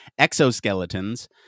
exoskeletons